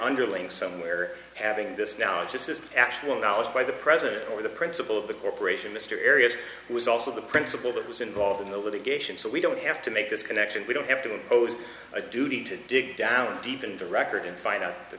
underling somewhere having this now or just this actual knowledge by the president or the principal of the corporation mr areas who was also the principal that was involved in the litigation so we don't have to make this connection we don't have to impose a duty to dig down deep in the record and find out the